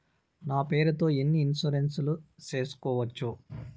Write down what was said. నా పేరుతో ఎన్ని ఇన్సూరెన్సులు సేసుకోవచ్చు?